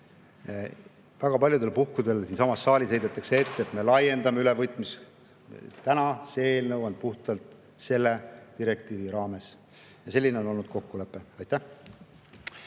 Väga paljudel puhkudel siinsamas saalis heidetakse ette, et me laiendame ülevõtmist. See eelnõu on puhtalt selle direktiivi raames ja selline on olnud kokkulepe. Kalle